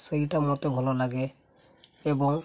ସେଇଟା ମୋତେ ଭଲ ଲାଗେ ଏବଂ